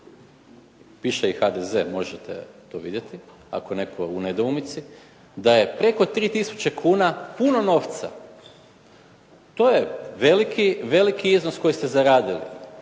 piše i HDZ, možete to vidjeti ako je netko u nedoumici, da je preko 3000 kuna puno novca. To je veliki iznos koji ste zaradili,